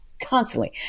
constantly